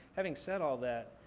having said all that,